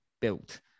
built